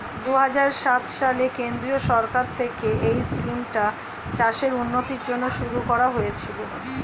দুহাজার সাত সালে কেন্দ্রীয় সরকার থেকে এই স্কিমটা চাষের উন্নতির জন্য শুরু করা হয়েছিল